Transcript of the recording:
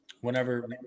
whenever –